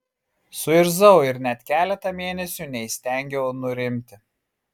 suirzau ir net keletą mėnesių neįstengiau nurimti